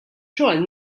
xogħol